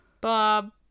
Bob